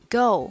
go